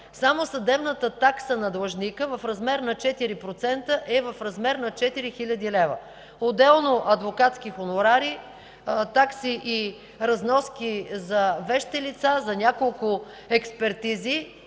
само съдебната такса на длъжника в размер на 4% е в размер на 4 хил. лв., отделно адвокатски хонорари, такси и разноски за вещи лица, за няколко експертизи.